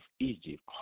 Egypt